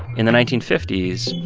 in the nineteen fifty s,